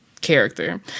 Character